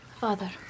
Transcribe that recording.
Father